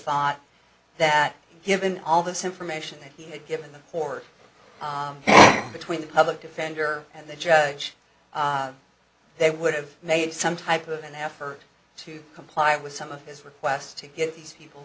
found that given all this information that he had given the court between the public defender and the judge they would have made some type of an effort to comply with some of his requests to get these people